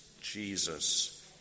Jesus